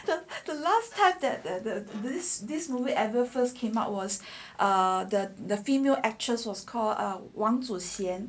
the the last part that added this this movie ever first came up was the the female actress was called err 王祖贤